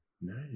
Nice